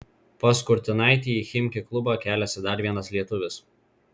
pas kurtinaitį į chimki klubą keliasi dar vienas lietuvis